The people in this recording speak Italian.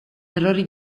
errori